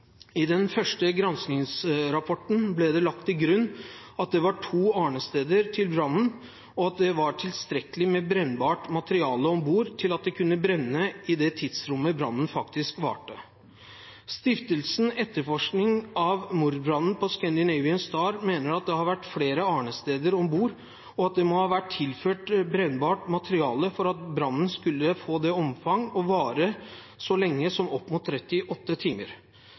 I den første granskningsrapporten ble det lagt til grunn at det var to arnesteder til brannen, og at det var tilstrekkelig med brennbart materiale om bord til at det kunne brenne så lenge som brannen faktisk varte. Stiftelsen etterforskning av mordbrannen Scandinavian Star mener at det har vært flere arnesteder om bord, og at det må ha vært tilført brennbart materiale for at brannen skulle få det omfang og vare så lenge som opp mot 38 timer.